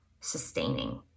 sustaining